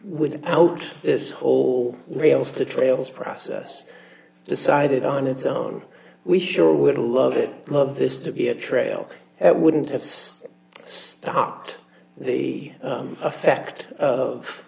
with out this whole reals to trail's process decided on its own we sure would love it love this to be a trail it wouldn't of stopped the effect of